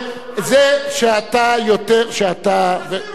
זה שאתה, תחזירו כל אחד מה שלקחתם מאתנו.